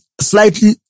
slightly